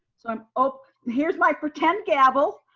so um ah here's my pretend gavel.